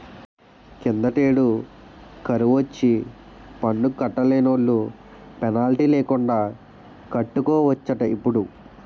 కిందటేడు కరువొచ్చి పన్ను కట్టలేనోలు పెనాల్టీ లేకండా కట్టుకోవచ్చటిప్పుడు